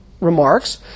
remarks